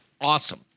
awesome